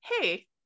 hey